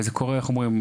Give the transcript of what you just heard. וזה קורה הרבה,